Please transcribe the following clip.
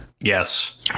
Yes